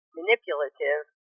manipulative